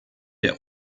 der